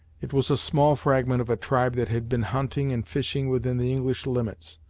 it was a small fragment of a tribe that had been hunting and fishing within the english limits,